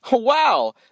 Wow